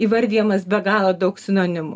įvardijamas be galo daug sinonimų